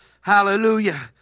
Hallelujah